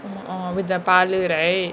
ஆமா:aama orh with the பாலு:paalu right